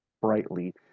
brightly